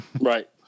Right